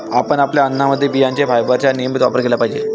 आपण आपल्या अन्नामध्ये बियांचे फायबरचा नियमित वापर केला पाहिजे